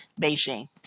Beijing